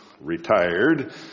retired